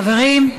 חברים.